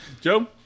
Joe